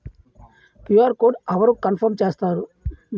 QR code అవరు confirm చేస్తారు?